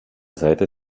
seite